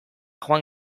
joan